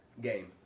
Game